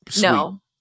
no